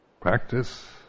practice